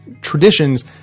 traditions